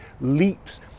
leaps